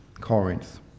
Corinth